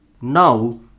Now